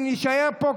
נישאר פה,